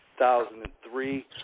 2003